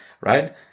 right